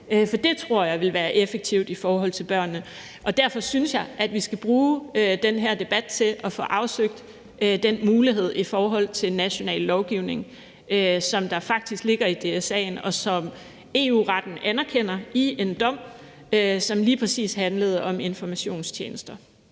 for det tror jeg vil være effektivt i forhold til børnene. Derfor synes jeg, vi skal bruge den her debat til at få afsøgt den mulighed for national lovgivning, som faktisk ligger i DSA'en, og som EU-retten anerkender i en dom, som lige præcis handlede om informationstjenester.